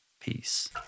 Peace